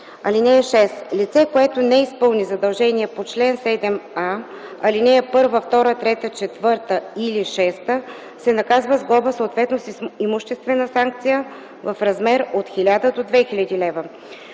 ал. 6: „(6) Лице, което не изпълни задължение по чл. 7а, ал. 1, 2, 3, 4 или 6 се наказва с глоба, съответно с имуществена санкция, в размер от 1000 до 2000 лв.